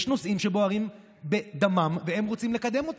יש נושאים שבוערים בדמם והם רוצים לקדם אותם.